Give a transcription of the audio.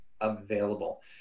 available